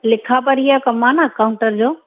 लिखा पढ़ीअ जो कम आहे न काउंटर जो